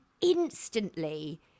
Instantly